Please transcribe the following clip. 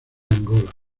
angola